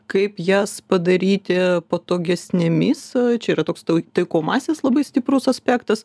kaip jas padaryti patogesnėmis čia yra toks tau taikomasis labai stiprus aspektas